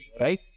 right